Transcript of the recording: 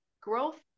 growth